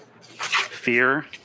Fear